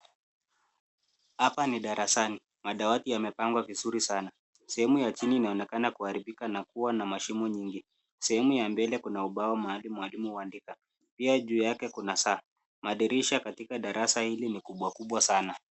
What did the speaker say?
Hapa ni darasani. Madawati yamepangwa vizuri sana. Sehemu ya chini inaonekana kuharibika na kuwa na mashimo nyingi. Sehemu ya mbele kuna ubao mahali mwalimu huandika. Pia juu yake kuna saa. Madirisha katika darasa hili ni kubwa kubwa sana.